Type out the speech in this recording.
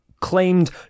claimed